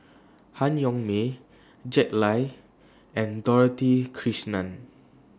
Han Yong May Jack Lai and Dorothy Krishnan